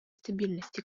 стабильности